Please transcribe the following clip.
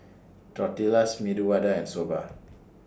Tortillas Medu Vada and Soba